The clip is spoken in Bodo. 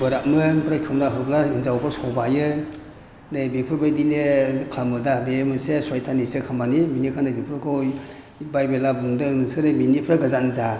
बोराबमो आमफ्राय खेवना होब्ला हिनजावखौ सोबायो नै बेफोरबायदिनो खालामोदा बे मोनसे सयथाननिसो खामानि बेखायनो बेफोरखौ बाइबेला बुंदों नोंसोरो बिनिफ्राय गोजान जा